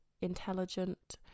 intelligent